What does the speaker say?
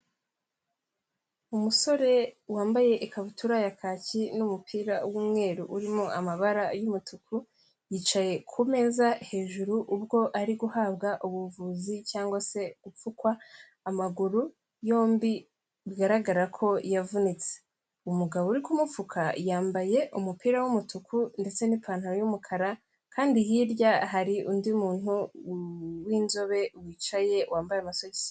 Umusore wambaye ikabutura ya kacyi n'umupira w'umweru urimo amabara y'umutuku, yicaye ku meza hejuru ubwo ari guhabwa ubuvuzi cyangwa se gupfukwa amaguru yombi, bigaragara ko yavunitse. Umugabo uri kumupfuka yambaye umupira w'umutuku ndetse n'ipantaro y'umukara kandi hirya hari undi muntu w'inzobe wicaye, wambaye amasogisi.